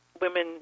women